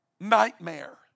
nightmare